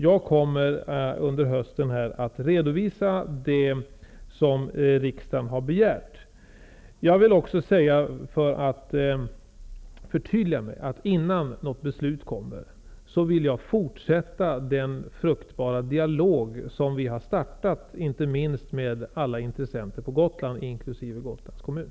Jag kommer under hösten att redovisa resultatet av det som riksdagen har begärt. Jag vill också förtydliga mig och säga att jag innan något beslut fattas vill fortsätta den fruktbara dialog som vi har startat inte minst med alla intressenter på Gotland, inkl. Gotlands kommun.